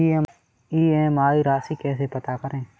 EMI राशि कैसे पता करें?